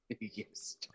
Yes